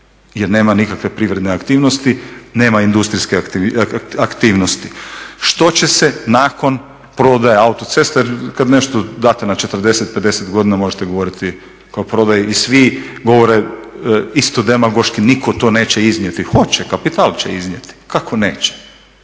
jer nema nikakve privredne aktivnosti, nema industrijske aktivnosti. Što će se nakon prodaje autocesta, jer kad nešto date na 40, 50 godina možete govoriti kao prodaji i svi govore isto demagoški, niko to neće iznijeti, hoće kapital će iznijeti, kako neće,